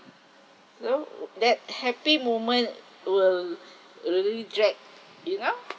so ugh that happy moment will really drag you know